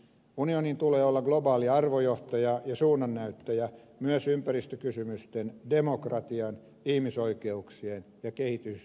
unionin tulee olla globaali arvojohtaja ja suunnannäyttäjä myös ympäristökysymysten demokratian ihmisoikeuksien ja kehitysyhteistyön saralla